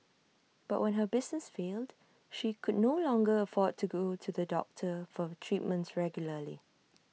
but when her business failed she could no longer afford to go to the doctor for treatments regularly